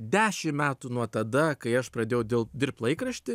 dešim metų nuo tada kai aš pradėjau dėl dirbt laikrašty